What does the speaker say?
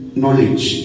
knowledge